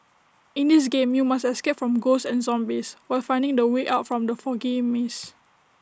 in this game you must escape from ghosts and zombies while finding the way out from the foggy maze